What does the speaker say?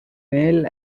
mail